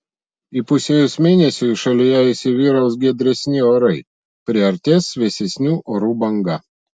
įpusėjus mėnesiui šalyje įsivyraus giedresni orai priartės vėsesnių orų banga